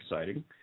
exciting